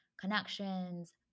connections